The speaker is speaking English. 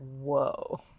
whoa